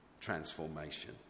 transformation